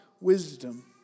wisdom